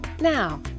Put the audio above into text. Now